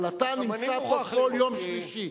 אבל אתה נמצא פה כל יום שלישי.